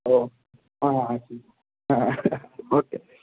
ഓ ആ ഓക്കേ